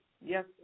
yes